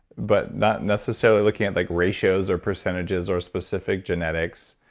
but not necessarily looking at like ratios or percentages or specific genetics.